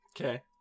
Okay